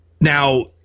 Now